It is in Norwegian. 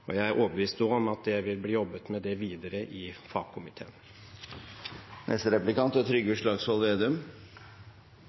og jeg er overbevist om at det vil bli jobbet med det videre i fagkomiteen.